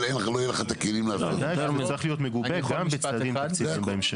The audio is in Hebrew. לא יהיו לך את הכלים בשביל לעשות את זה.